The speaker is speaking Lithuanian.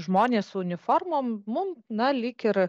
žmonės su uniformom mum na lyg ir